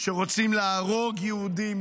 שרוצים להרוג יהודים,